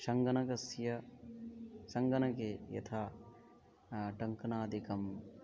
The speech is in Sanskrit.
सङ्गणकस्य सङ्गणके यथा टङ्कनादिकम्